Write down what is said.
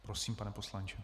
Prosím, pane poslanče.